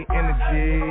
energy